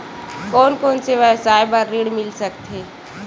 कोन कोन से व्यवसाय बर ऋण मिल सकथे?